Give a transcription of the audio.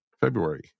February